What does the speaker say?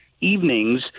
evenings